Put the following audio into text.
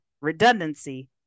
redundancy